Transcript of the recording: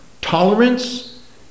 Tolerance